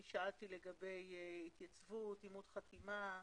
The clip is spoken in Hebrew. אני שאלתי לגבי התייצבות, אימות חתימה,